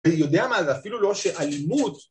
ויודע מה זה אפילו לא שאלימות